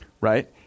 right